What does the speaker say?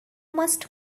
must